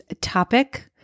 topic